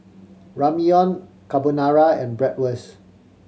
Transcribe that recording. Ramyeon Carbonara and Bratwurst